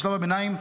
בשלב הביניים,